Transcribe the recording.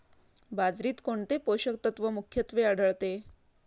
बाजरीत कोणते पोषक तत्व मुख्यत्वे आढळते?